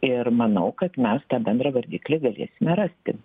ir manau kad mes ta bendravardiklį galėsime rasti